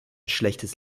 schlechtes